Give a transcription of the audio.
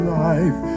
life